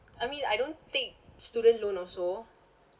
I mean I don't take student loan also